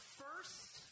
first